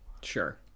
Sure